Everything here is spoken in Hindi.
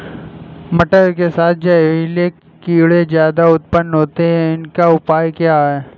मटर के साथ जहरीले कीड़े ज्यादा उत्पन्न होते हैं इनका उपाय क्या है?